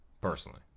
personally